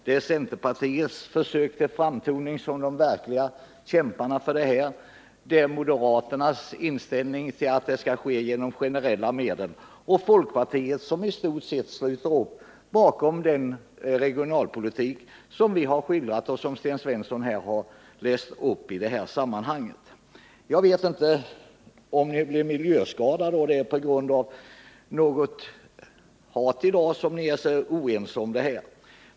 Där är centerpartisternas försök att framstå som de verkliga förkämparna för regionala insatser, där är moderaternas inställning att åtgärderna skall bestå av generella medel, och där är folkpartiet som i stort sett sluter upp bakom den regionalpolitik som vi har beskrivit — Sten Svensson skildrade den här i sitt inlägg. Jag vet inte om ni blev miljöskadade och om det är på grund av något slags hat som ni i dag är så oense i dessa frågor.